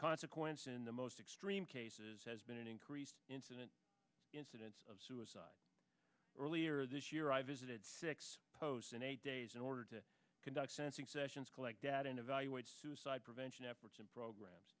consequence in the most extreme cases has been an increased incidence incidence of suicide earlier this year i visited six posts in eight days in order conduct sensing sessions collect data and evaluate suicide prevention efforts and programs